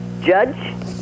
judge